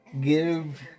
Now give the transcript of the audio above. give